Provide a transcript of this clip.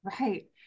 Right